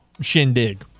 shindig